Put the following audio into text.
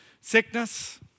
sickness